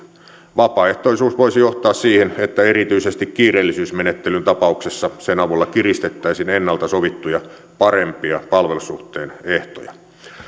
vapaaehtoisuus voisi johtaa siihen että erityisesti kiireellisyysmenettelyn tapauksessa sen avulla kiristettäisiin ennalta sovittuja parempia palvelussuhteen ehtoja